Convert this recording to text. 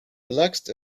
relaxed